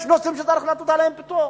יש נושאים שצריך לתת עליהם פטור,